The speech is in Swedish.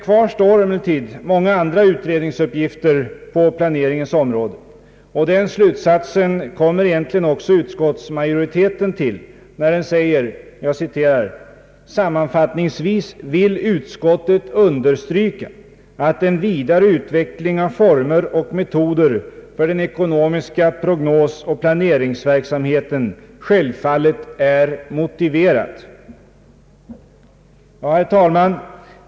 Kvar står emellertid många andra utredningsuppgifter på planeringens område, och den slutsatsen kommer egentligen också utskottsmajoriteten fram till när den säger: »Sammanfattningsvis vill utskottet understryka, att en vidare utvidgning av former och metoder för den ekonomiska prognosoch planeringsverksamheten självfallet är motiverad.» Herr talman!